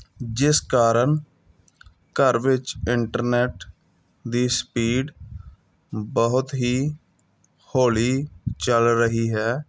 ਜਿਸ ਕਾਰਨ ਘਰ ਵਿੱਚ ਇੰਟਰਨੈਟ ਦੀ ਸਪੀਡ ਬਹੁਤ ਹੀ ਹੌਲੀ ਚੱਲ ਰਹੀ ਹੈ